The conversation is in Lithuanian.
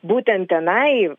būtent tenai